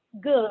good